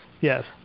yes